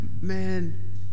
man